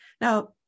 Now